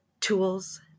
tools